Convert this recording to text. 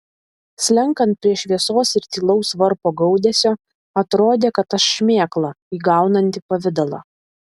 slenkant prie šviesos ir tylaus varpo gaudesio atrodė kad aš šmėkla įgaunanti pavidalą